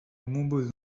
montbozon